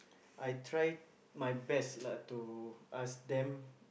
I try my best lah to ask them